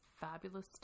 fabulous